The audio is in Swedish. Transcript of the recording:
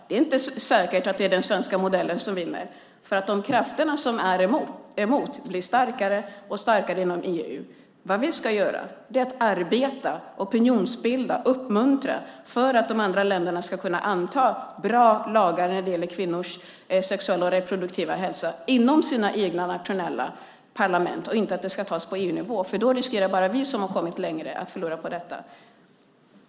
Det är inte säkert att det är den svenska modellen som vinner. De krafter som är emot blir starkare och starkare inom EU. Vad vi ska göra är att arbeta, opinionsbilda och uppmuntra så att de andra länderna kan anta bra lagar när det gäller kvinnors sexuella och reproduktiva hälsa i sina egna nationella parlament. Detta ska inte tas på EU-nivå. Då riskerar bara vi som har kommit längre att förlora på det.